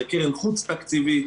זו קרן חוץ תקציבית.